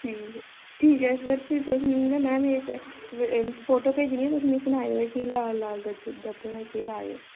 ठीक ऐ फिर ठीक ऐ में तुसेंगी ना फोटो भेजनी आं ते सनायो फिर लाल लाल दा केह् लाज़ ऐ